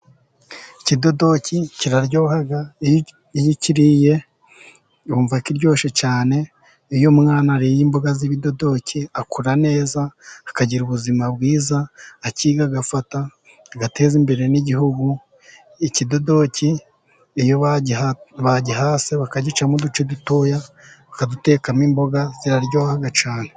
Ikidodoki kiraryoha, iyo ukiriye wumva kiryoshye cyane, iyo umwana yariye imboga z'ibidodoki akura neza, akagira ubuzima bwiza, akiga agafata, agateza imbere n'igihugu, ikidodoki iyo bagihase, bakagicamo uduce dutoya bakadutekamo imboga, ziraryoha cyane.